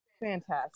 fantastic